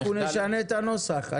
אנחנו נשנה את הנוסח.